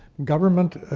government,